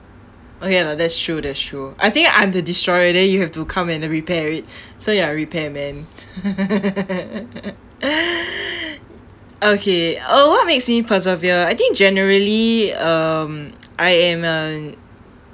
okay lah that's true that's true I think I'm the destroyer then you have to come and repair it so you are a repairman okay uh what makes me persevere I think generally um I am a